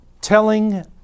telling